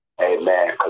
Amen